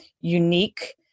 unique